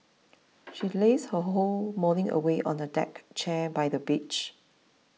she lazed her whole morning away on a deck chair by the beach